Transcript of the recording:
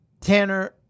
Tanner